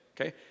Okay